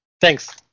Thanks